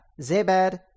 Zebad